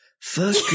Fuck